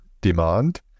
demand